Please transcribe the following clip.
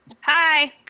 Hi